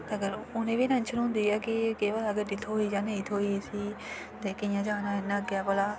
अगर उ'नें बी टैंशन होंदी ऐ कि केह् पता गड्डी थ्होई ऐ कि नेईं थ्होई इस्सी कि कि'यां जाना ऐ अग्गें भला